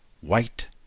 white